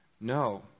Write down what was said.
no